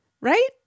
Right